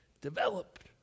developed